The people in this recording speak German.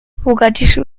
mogadischu